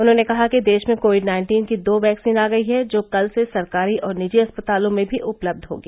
उन्होंने कहा कि देश में कोविड नाइन्टीन की दो वैक्सीन आ गयी है जो कल से सरकारी और निजी अस्पतालों में भी उपलब्ध होगी